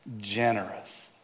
generous